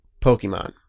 Pokemon